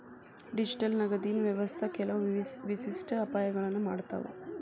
digital ನಗದಿನ್ ವ್ಯವಸ್ಥಾ ಕೆಲವು ವಿಶಿಷ್ಟ ಅಪಾಯಗಳನ್ನ ಮಾಡತಾವ